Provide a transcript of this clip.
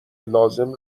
لازم